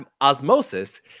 osmosis